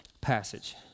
passage